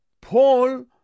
Paul